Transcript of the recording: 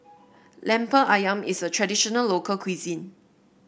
Lemper ayam is a traditional local cuisine